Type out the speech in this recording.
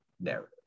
narrative